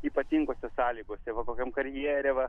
ypatingose sąlygose va kokiam karjere va